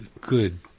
good